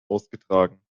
ausgetragen